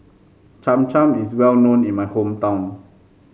Cham Cham is well known in my hometown